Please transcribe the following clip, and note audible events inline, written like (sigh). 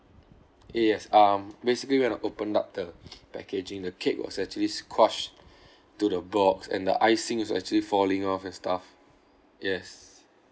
yes um basically when I opened up the (breath) packaging the cake was actually squashed to the box and the icing is also actually falling off and stuff yes